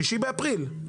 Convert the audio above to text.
6 באפריל.